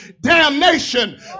damnation